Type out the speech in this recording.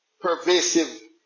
pervasive